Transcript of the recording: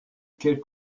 quelle